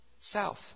South